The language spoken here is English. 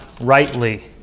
rightly